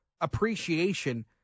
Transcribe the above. appreciation